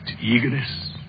eagerness